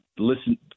listen